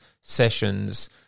sessions